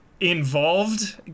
Involved